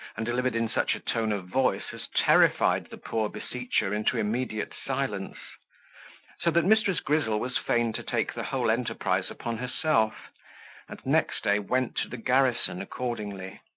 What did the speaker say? and delivered in such a tone of voice, as terrified the poor beseecher into immediate silence so that mrs. grizzle was fain to take the whole enterprise upon herself, and next day went to the garrison accordingly,